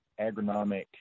agronomic